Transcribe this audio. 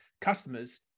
customers